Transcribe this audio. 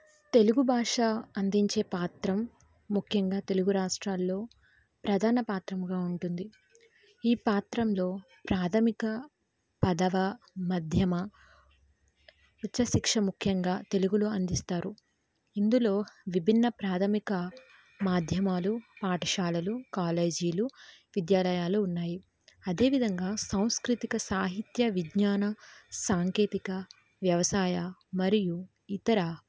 తెలుగు భాష అందించే పాత్ర ముఖ్యంగా తెలుగు రాష్ట్రాల్లో ప్రధాన పాత్రగా ఉంటుంది ఈ పాత్రలో ప్రాథమిక పదవ మధ్యమ ఉత్సశిక్ష ముఖ్యంగా తెలుగులో అందిస్తారు ఇందులో విభిన్న ప్రాథమిక మాధ్యమాలు పాఠశాలలు కాలేజీలు విద్యాలయాలు ఉన్నాయి అదేవిధంగా సాంస్కృతిక సాహిత్య విజ్ఞాన సాంకేతిక వ్యవసాయ మరియు ఇతర